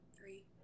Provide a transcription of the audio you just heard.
three